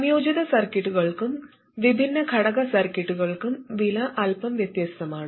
സംയോജിത സർക്യൂട്ടുകൾക്കും വിഭിന്ന ഘടക സർക്യൂട്ടുകൾക്കും വില അല്പം വ്യത്യസ്തമാണ്